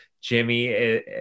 Jimmy